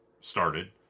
started